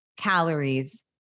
calories